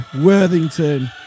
Worthington